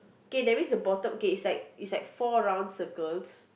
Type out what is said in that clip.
okay that means the bottom okay it's like it's like four round circles